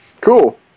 Cool